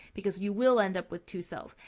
because you will end up with two cells.